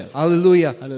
hallelujah